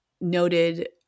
noted